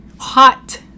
hot